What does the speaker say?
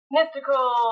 mystical